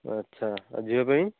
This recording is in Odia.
ଆଚ୍ଛା ଆଉ ଝିଅ ପାଇଁ